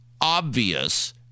obvious